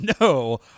no